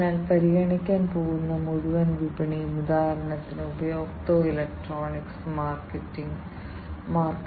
അതിനാൽ ഈ methane sensor അടിസ്ഥാനപരമായി അത് പ്രവർത്തിക്കുന്ന പരിതസ്ഥിതിയിൽ മീഥേൻ സാന്ദ്രത എത്രയാണെന്ന് തുടർച്ചയായി അളക്കുന്നു